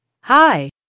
Hi